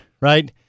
right